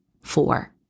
Four